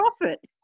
profit